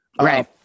Right